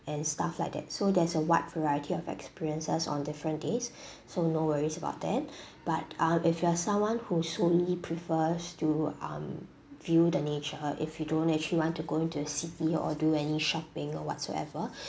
and stuff like that so there's a wide variety of experiences on different days so no worries about that but um if you are someone who solely prefers to um view the nature if you don't actually want to go into a city or do any shopping or whatsoever